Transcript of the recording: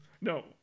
No